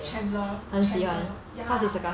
chandler chandler ya